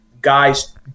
guys